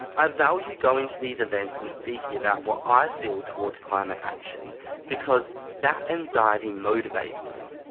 i value going to these events and speaking about what i feel towards climate action because that anxiety motivates me.